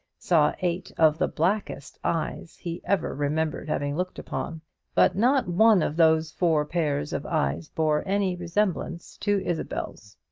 saw eight of the blackest eyes he ever remembered having looked upon but not one of those four pairs of eyes bore any resemblance to isabel's.